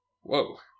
Whoa